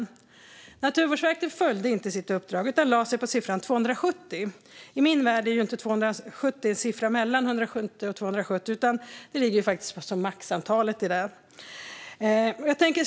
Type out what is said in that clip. "Naturvårdsverket följde inte sitt uppdrag utan lade sig på siffran 270. I min värld är inte 270 en siffra mellan 170 och 270 utan ligger som maxantal i intervallet.